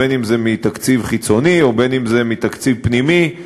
בין אם זה מתקציב חיצוני ובין אם זה מתקציב פנימי.